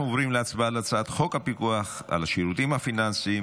אנחנו עוברים להצבעה על הצעת חוק הפיקוח על שירותים פיננסיים,